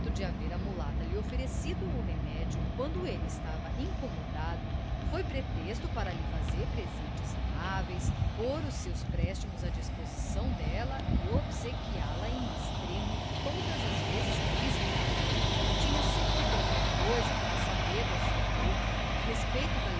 de haver a mulata lhe oferecido o remédio quando ele esteve incomodado foi pretexto para lhe fazer presentes amáveis pôr os seus préstimos à disposição dela e obsequiá la em extremo todas as vezes que a visitava tinha sempre qualquer coisa para saber da sua boca a respeito da